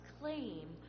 claim